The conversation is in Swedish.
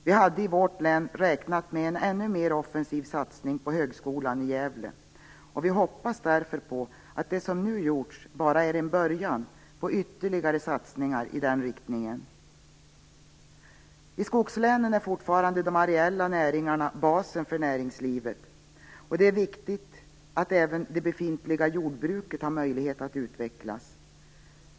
Vi hade i vårt län räknat med en ännu mer offensiv satsning på högskolan i Gävle, och vi hoppas därför att det som nu har gjorts bara är en början på ytterligare satsningar i den riktningen. I skogslänen är fortfarande de areella näringarna basen för näringslivet, och det är viktigt att även det befintliga jordbruket har möjlighet att utvecklas.